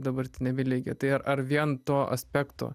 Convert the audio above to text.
dabartiniame lygyje tai ar ar vien to aspekto